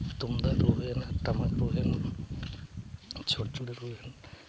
ᱛᱩᱢᱫᱟᱜ ᱨᱩ ᱦᱩᱭᱱᱟ ᱴᱟᱢᱟᱠ ᱨᱩ ᱦᱩᱭᱱᱟ ᱪᱚᱲᱪᱩᱲᱤ ᱨᱩ ᱦᱩᱭᱱᱟ